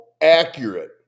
accurate